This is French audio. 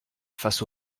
face